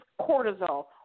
cortisol